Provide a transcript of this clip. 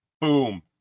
boom